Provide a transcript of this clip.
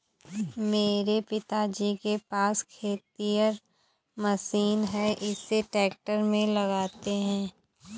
मेरे पिताजी के पास खेतिहर मशीन है इसे ट्रैक्टर में लगाते है